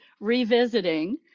revisiting